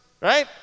Right